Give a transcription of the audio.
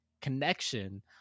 connection